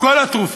כל התרופות,